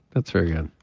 that's very good